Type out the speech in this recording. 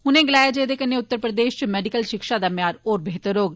उनें गलाया जे एह्दे कन्नै उत्तर प्रदेश च मैडिकल शिक्षा दा म्यार होर बेह्तर होग